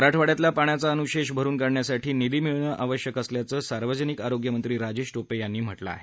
मराठवाङ्यातला पाण्याचा अनुशेष भरून काढण्यासाठी निधी मिळणं आवश्यक असल्याचं सार्वजनिक आरोग्य मंत्री राजेश टोपे यांनी म्हटलं आहे